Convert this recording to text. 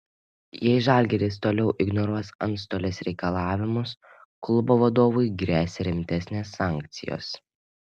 jei žalgiris toliau ignoruos antstolės reikalavimus klubo vadovui gresia rimtesnės sankcijos